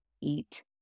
eat